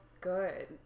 good